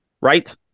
Right